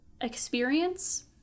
experience